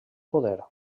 poder